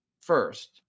first